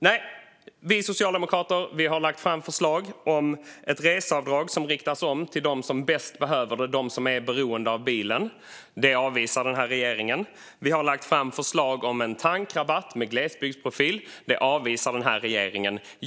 Nej, vi socialdemokrater har lagt fram förslag om ett reseavdrag som riktas till dem som bäst behöver det och till dem som är beroende av bilen. Det avvisar denna regering. Vi har lagt fram förslag om en tankrabatt med glesbygdsprofil. Det avvisar denna regering.